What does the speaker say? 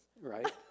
Right